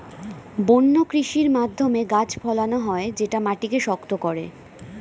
বন্য কৃষির মাধ্যমে গাছ ফলানো হয় যেটা মাটিকে শক্ত করে